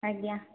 ଆଜ୍ଞା